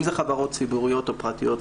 אם זה חברות ציבוריות או פרטיות,